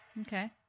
Okay